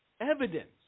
evidence